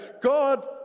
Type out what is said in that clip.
God